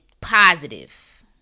positive